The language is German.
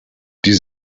die